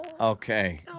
Okay